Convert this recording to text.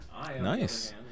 Nice